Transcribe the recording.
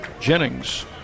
Jennings